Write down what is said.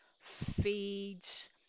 feeds